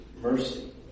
mercy